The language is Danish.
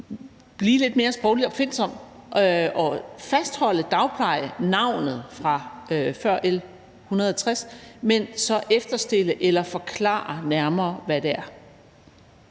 blive lidt mere sprogligt opfindsom og fastholde dagplejenavnet fra før L 160, men så efterstille noget eller forklare nærmere, hvad det er.